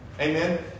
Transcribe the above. Amen